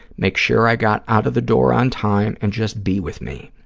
make sure i got out of the door on time, and just be with me.